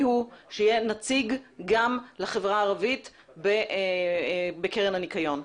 הוא שיהיה נציג גם לחברה הערבית בקרן הניקיון.